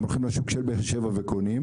הם הולכים שוק של באר שבע וקונים.